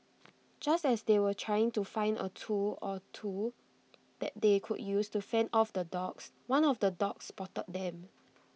just as they were trying to find A tool or two that they could use to fend off the dogs one of the dogs spotted them